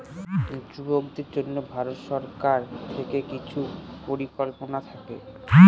যুবকদের জন্য ভারত সরকার থেকে কিছু পরিকল্পনা থাকে